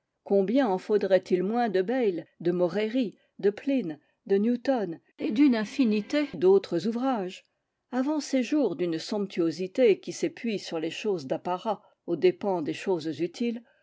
combien en faudrait-il moins de bayle de moréri de pline de newton et d'une infinité d'autres ouvrages avant ces jours d'une somptuosité qui s'épuise sur les choses d'apparat aux dépens des choses utiles